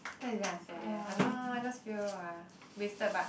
life is very unfair I don't know I just feel ah wasted but